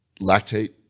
lactate